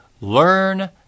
Learn